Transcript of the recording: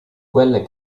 quelle